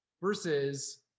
versus